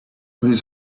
his